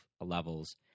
levels